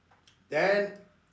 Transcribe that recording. then